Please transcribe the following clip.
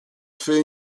fait